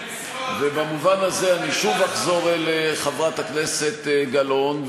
ובמובן הזה אני שוב אחזור אל חברת הכנסת גלאון,